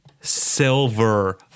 silver